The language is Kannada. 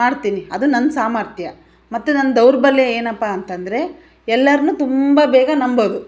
ಮಾಡ್ತೀನಿ ಅದು ನನ್ನ ಸಾಮರ್ಥ್ಯ ಮತ್ತು ನನ್ನ ದೌರ್ಬಲ್ಯ ಏನಪ್ಪ ಅಂತಂದರೆ ಎಲ್ಲರನ್ನು ತುಂಬ ಬೇಗ ನಂಬೋದು